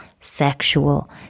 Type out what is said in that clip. sexual